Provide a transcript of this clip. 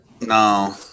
No